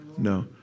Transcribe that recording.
No